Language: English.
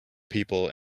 people